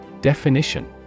Definition